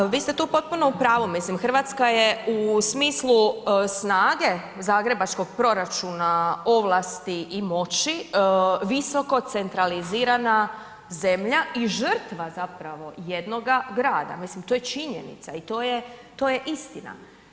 Ma, vi ste tu potpuno u pravu, mislim Hrvatska je u smislu snage zagrebačkog proračuna, ovlasti i moći visoko centralizirana zemlja i žrtva zapravo jednoga grada, mislim to je činjenica i to je istina.